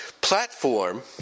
platform